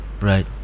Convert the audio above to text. right